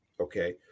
okay